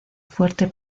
fuerte